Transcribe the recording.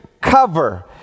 cover